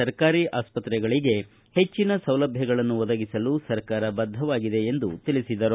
ಸರ್ಕಾರಿ ಆಸ್ಪತ್ರೆಗಳಿಗೆ ಹೆಚ್ಚಿನ ಸೌಲಭ್ಯಗಳನ್ನು ಒದಗಿಸಲು ಸರ್ಕಾರ ಬದ್ದವಾಗಿದೆ ಎಂದು ಅವರು ತಿಳಿಸಿದರು